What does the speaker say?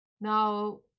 Now